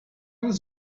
was